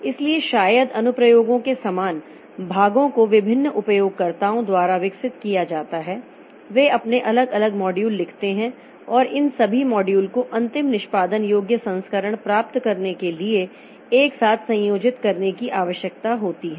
इसलिए शायद अनुप्रयोगों के समान भागों को विभिन्न उपयोगकर्ताओं द्वारा विकसित किया जाता है वे अपने अलग अलग मॉड्यूल लिखते हैं और इन सभी मॉड्यूल को अंतिम निष्पादन योग्य संस्करण प्राप्त करने के लिए एक साथ संयोजित करने की आवश्यकता होती है